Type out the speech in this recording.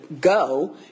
go